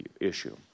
issue